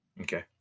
Okay